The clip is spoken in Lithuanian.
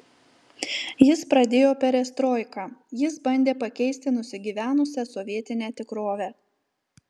jis pradėjo perestroiką jis bandė pakeisti nusigyvenusią sovietinę tikrovę